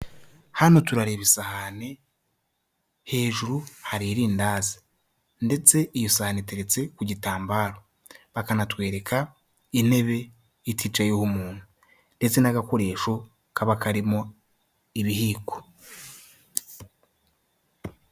Hano turareba isahane, hejuru hari irindazi ndetse iyo sahani iteretse ku gitambaro, bakanatwereka intebe iticayeho umuntu ndetse n'agakoresho kaba karimo ibihiko.